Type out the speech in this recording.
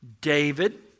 David